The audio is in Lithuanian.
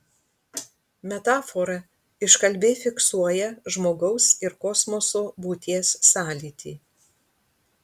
metafora iškalbiai fiksuoja žmogaus ir kosmoso būties sąlytį